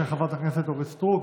של חברת הכנסת אורית סטרוק,